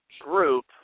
group